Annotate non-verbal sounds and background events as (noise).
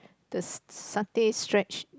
the (noise) satay stretch